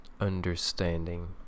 understanding